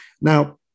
Now